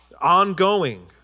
Ongoing